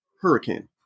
hurricane